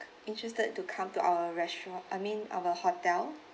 interested to come to our restaurant I mean our hotel